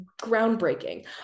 groundbreaking